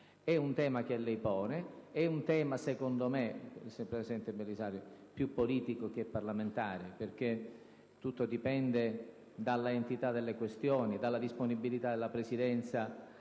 È un tema che lei pone; è un tema, secondo me, più politico che parlamentare, perché tutto dipende dall'entità delle questioni, dalla disponibilità della Presidenza